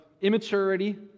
immaturity